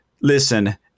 listen